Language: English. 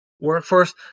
workforce